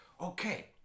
Okay